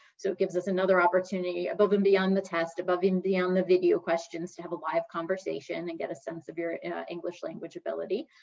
so it gives us another opportunity above and beyond the test, above and beyond the video questions to have a live conversation and get a sense of your english language ability.